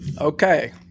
Okay